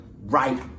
right